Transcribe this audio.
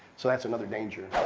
so that's another danger.